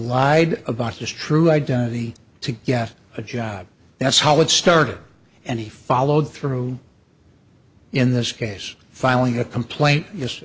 lied about his true identity to get a job that's how it started and he followed through in this case filing a complaint yes